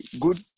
Good